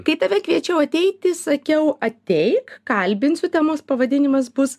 kai tave kviečiau ateiti sakiau ateik kalbinsiu temos pavadinimas bus